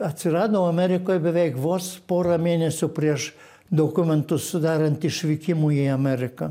atsirado amerikoj beveik vos porą mėnesių prieš dokumentus sudarant išvykimui į ameriką